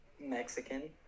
Mexican